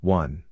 one